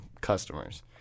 customers